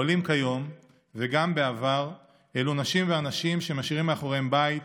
העולים כיום וגם בעבר אלה אנשים ונשים שמשאירים מאחוריהם בית,